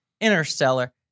Interstellar